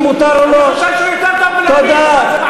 האם אתה תומך בהצעת לפיד, לא,